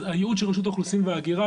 אז הייעוד של רשות האוכלוסין וההגירה,